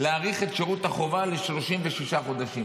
להאריך את שירות החובה ל-36 חודשים,